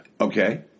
Okay